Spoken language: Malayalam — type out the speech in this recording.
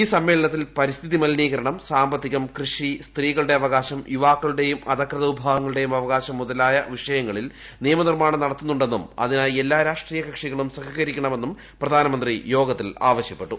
ഈ സമ്മേളനത്തിൽ പരിസ്ഥിതി മലിനീകരണം സാമ്പത്തികം കൃഷി സ്ത്രീകളുടെ അവകാശം യുവാക്കളുടെയും അധകൃത വിഭാഗങ്ങളുടെയും അവകാശം മുതലായ വിഷയങ്ങളിൽ നിയമ നിർമാണം നടത്താനുണ്ടെന്നും അതിനായി എല്ലാ രാഷ്ട്രീയ കക്ഷികളും സഹകരിക്കണമെന്നും പ്രധാനമന്ത്രി യോഗത്തിൽ ആവശ്യപ്പെട്ടു